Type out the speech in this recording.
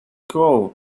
crowd